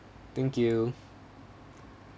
thank you